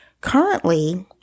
Currently